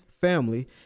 family